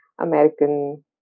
American